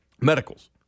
Medicals